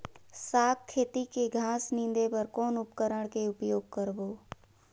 साग खेती के घास निंदे बर कौन उपकरण के उपयोग करबो?